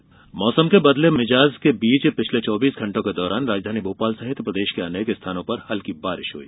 मौसम मौसम के बदले मिजाज के बीच पिछले चौबीस घंटों के दौरान राजधानी भोपाल सहित प्रदेश के अनेक स्थानों पर हल्की बारिश हुई